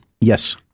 Yes